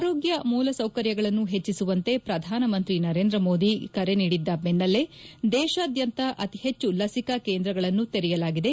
ಆರೋಗ್ಯ ಮೂಲಸೌಕರ್ಯಗಳನ್ನು ಹೆಚ್ಚಿಸುವಂತೆ ಪ್ರಧಾನಮಂತ್ರಿ ನರೇಂದ್ರ ಮೋದಿ ಕರೆ ನೀಡಿದ್ದ ಬೆನ್ನಲ್ಲೇ ದೇಶಾದ್ಯಂತ ಅತಿ ಹೆಚ್ಚು ಲಸಿಕಾ ಕೇಂದ್ರಗಳನ್ನು ತೆರೆಯಲಾಗಿದೆ